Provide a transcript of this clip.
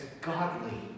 godly